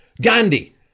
Gandhi